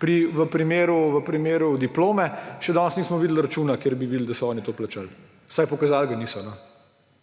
v primeru diplome, še danes nismo videli računa, kjer bi videli, da so oni to plačali. Vsaj pokazali ga niso,